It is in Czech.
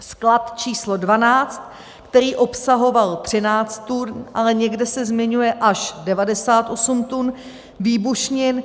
Sklad číslo 12, který obsahoval 13 tun, ale někde se zmiňuje až 98 tun výbušnin.